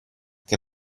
che